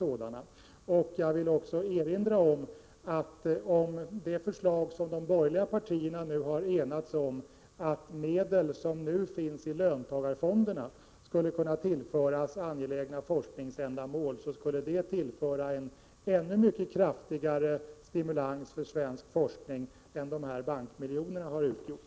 87 Jag vill också erinra om att om de förslag skulle gå igenom som de borgerliga partierna nu har enats om — att medel som nu finns i löntagarfonderna skall tillföras angelägna forskningsändamål — skulle det utgöra en ännu kraftigare stimulans för svensk forskning än bankmiljonerna har gjort.